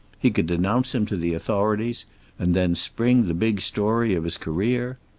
he could denounce him to the authorities and then spring the big story of his career.